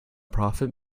profit